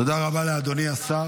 תודה רבה לאדוני השר.